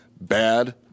bad